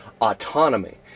autonomy